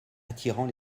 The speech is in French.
attirant